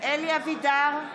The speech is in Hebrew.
אלי אבידר,